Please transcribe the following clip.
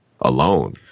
alone